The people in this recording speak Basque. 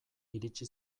iritsi